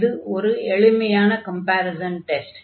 இது ஒரு எளிமையான கம்பேரிஸன் டெஸ்ட்